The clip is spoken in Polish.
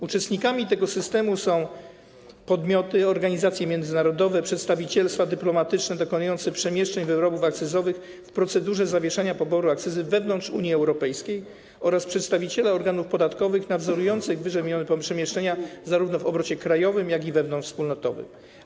Uczestnikami tego systemu są podmioty, organizacje międzynarodowe, przedstawicielstwa dyplomatyczne dokonujące przemieszczeń wyrobów akcyzowych w procedurze zawieszania poboru akcyzy wewnątrz Unii Europejskiej oraz przedstawiciele organów podatkowych nadzorujących ww. przemieszczenia w obrocie zarówno krajowym, jak i wewnątrzwspólnotowym.